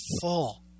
full